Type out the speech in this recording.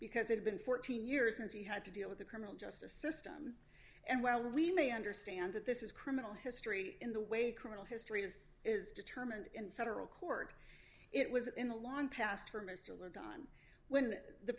because it's been fourteen years since he had to deal with the criminal justice system and while we may understand that this is criminal history in the way criminal history is is determined in federal court it was in the long past for mr were done when the